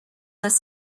this